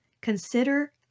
consider